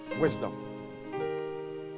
wisdom